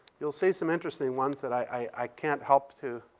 you'll see some interesting ones that i can't help to